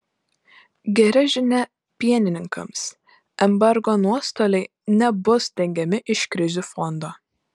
gera žinia pienininkams embargo nuostoliai nebus dengiami iš krizių fondo